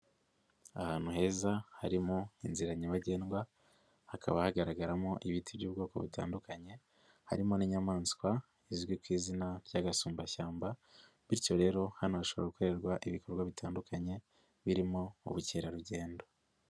Ahantu heza harimo inzira nyabagendwa hakaba hagaragaramo ibiti by'ubwoko butandukanye harimo n'inyamaswa izwi ku izina ry'agasumbashyamba bityo rero hano hashobora gukorerwa ibikorwa bitandukanye birimo ubukerarugendo.